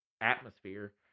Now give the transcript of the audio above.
atmosphere